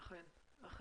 אכן.